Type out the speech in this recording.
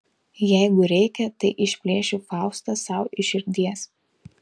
jeigu reikia tai išplėšiu faustą sau iš širdies